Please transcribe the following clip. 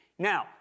Now